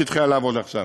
שהתחילה לעבוד עכשיו.